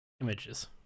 images